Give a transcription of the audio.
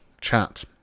chat